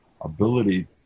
ability